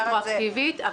הרטרואקטיבית.